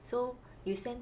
so you send